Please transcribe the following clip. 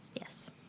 Yes